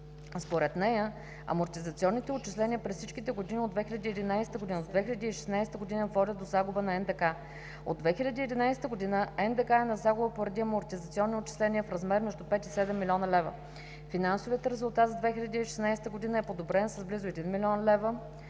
Според нея амортизационните отчисления през всичките години от 2011 г. до 2016 г. водят до загуба на НДК. От 2011 г. НДК е на загуба поради амортизационни отчисления в размер между 5 и 7 млн. лв. Финансовият резултат за 2016 г. е подобрен с близо 1 000